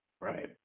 Right